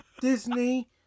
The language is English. Disney